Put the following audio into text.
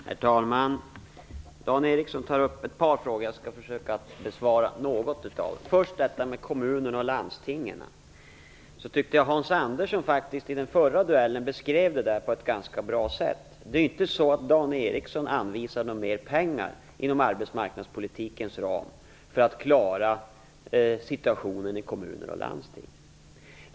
Herr talman! Dan Ericsson tar upp ett par frågor, och jag skall försöka besvara några av dem. När det gäller kommuner och landsting tycker jag att Hans Andersson i den förra duellen beskrev det hela på ett ganska bra sätt. Det är ju inte så att Dan Ericsson anvisar mer pengar inom arbetsmarknadspolitikens ram för att klara situationen i kommuner och landsting.